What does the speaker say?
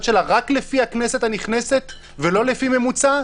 שלה רק לפי הכנסת הנכנסת ולא לפי ממוצע?